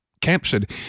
captured